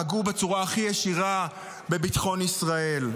פגעו בצורה הכי ישירה בביטחון ישראל.